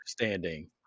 understanding